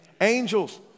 Angels